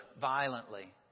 violently